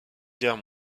guerre